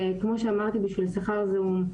וכמו שאמרתי - בשביל שכר זעום.